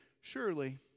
Surely